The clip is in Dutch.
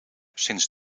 sinds